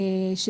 הייתה: